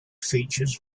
features